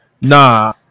Nah